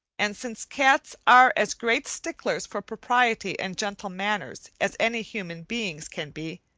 and since cats are as great sticklers for propriety and gentle manners as any human beings can be,